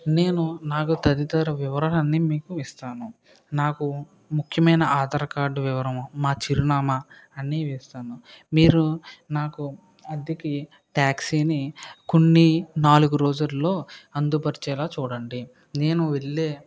నేను నాకు తదితర వివరలన్నీ మీకు ఇస్తాను నాకు ముఖ్యమైన ఆధార్ కార్డు వివరము మా చిరునామా అన్నీ ఇస్తాను మీరు నాకు అద్దెకి ట్యాక్సీని కొన్ని నాలుగు రోజుల్లో అందుపరిచేలా చూడండి నేను వెళ్లే